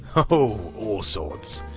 oh all, sorts.